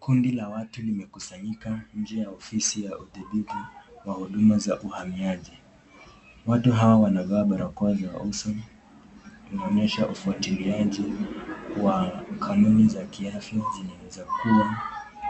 Kundi la watu limekusanyika nje ya ofisi ya udhibiti wa huduma za uhamiaji. Watu hawa wanavaa barakoa za uso kuonyesha ufuatiliaji wa kanuni za kiafya zinaweza kuwa